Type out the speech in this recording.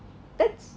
that's